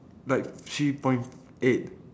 like three point eight